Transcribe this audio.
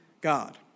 God